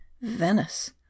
Venice